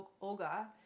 Olga